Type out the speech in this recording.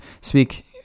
speak